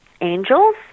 angels